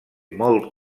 molt